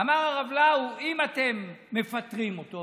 אמר הרב לאו: אם אתם מפטרים אותו,